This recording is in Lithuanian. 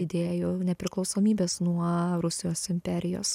idėjų nepriklausomybės nuo rusijos imperijos